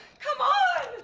come on!